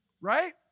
Right